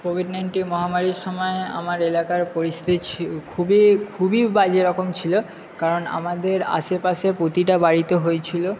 Covid nineteen মহামারির সময় আমার এলাকার পরিস্থিতি খুবই খুবই বাজে রকম ছিল কারণ আমাদের আশেপাশে প্রতিটা বাড়িতে হয়েছিলো